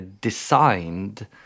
designed